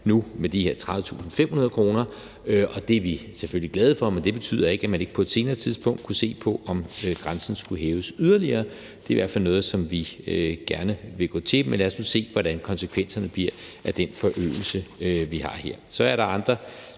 nu med de her 30.500 kr., og det er vi selvfølgelig glade for, men det betyder ikke, at man ikke på et senere tidspunkt kunne se på, om grænsen skulle hæves yderligere. Det er i hvert fald noget, som vi gerne vil se på, men lad os nu se, hvad konsekvenserne bliver af den forøgelse, vi har her. Så er der andre